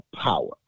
power